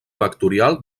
vectorial